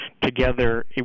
together